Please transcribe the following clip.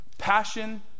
Passion